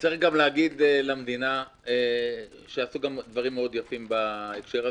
צריך גם להגיד למדינה שעשו גם דברים יפים מאוד בהקשר הזה.